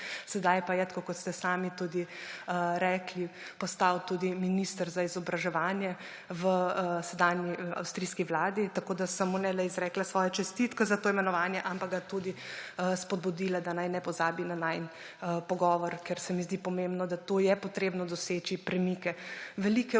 sedaj pa je, tako kot ste sami tudi rekli, postal tudi ministre za izobraževanje v sedanji avstrijski vladi, tako da sem mu ne le izrekla svoje čestitke za to imenovanje, ampak ga tudi spodbudila, da naj ne pozabi na najin pogovor, ker se mi zdi pomembno, da je potrebno doseči premike. Velike upe